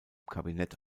kabinett